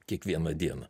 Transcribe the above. kiekvieną dieną